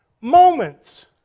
moments